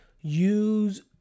use